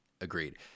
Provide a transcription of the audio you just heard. Agreed